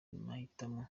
mahitamo